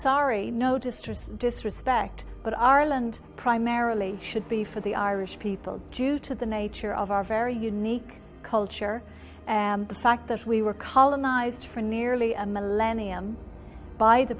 sorry no distress disrespect but arland primarily should be for the irish people due to the nature of our very unique culture and the fact that we were colonized for nearly a millennium by the